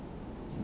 ya